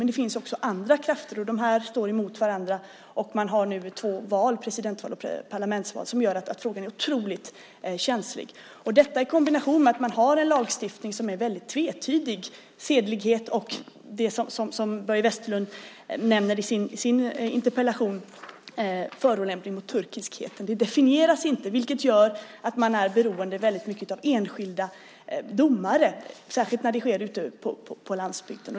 Men det finns också andra krafter, och dessa står emot varandra. Man har nu två val, presidentval och parlamentsval, vilket gör att frågan är otroligt känslig. Därtill har man en lagstiftning som är väldigt tvetydig när det gäller sedlighet och det som Börje Vestlund nämner i sin interpellation: förolämpning mot turkiskheten. Detta definieras inte, vilket gör att man väldigt mycket är beroende av enskilda domare, särskilt ute på landsbygden.